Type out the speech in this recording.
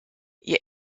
ihr